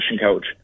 coach